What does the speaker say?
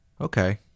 Okay